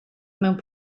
mewn